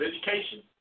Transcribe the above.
education